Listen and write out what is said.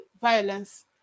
violence